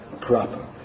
proper